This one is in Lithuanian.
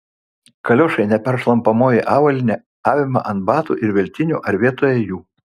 kaliošai neperšlampamoji avalynė avima ant batų ir veltinių ar vietoj jų